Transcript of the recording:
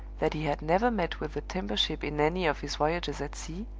that he had never met with the timber-ship in any of his voyages at sea,